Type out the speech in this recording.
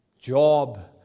job